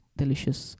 delicious